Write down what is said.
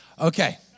Okay